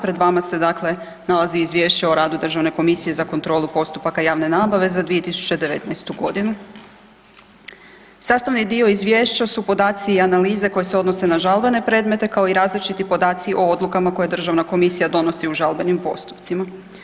Pred vama se dakle nalazi Izvješće o radu Državne komisije za kontrolu postupaka javne nabave za 2019.g. Sastavni dio izvješća su podaci i analize koje se odnose na žalbene predmete, kao i različiti podaci o odlukama koje državna komisija donosi u žalbenim postupcima.